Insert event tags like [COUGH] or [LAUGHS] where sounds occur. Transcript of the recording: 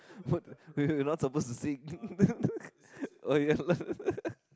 [BREATH] what we lost almost the things [LAUGHS] oh yeah lah [LAUGHS]